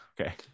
Okay